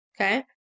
okay